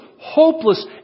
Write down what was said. hopeless